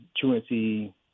truancy